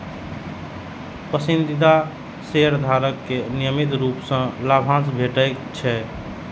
पसंदीदा शेयरधारक कें नियमित रूप सं लाभांश भेटैत छैक